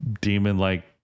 demon-like